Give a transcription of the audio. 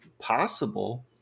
possible